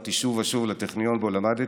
חזרתי שוב ושוב לטכניון שבו למדתי,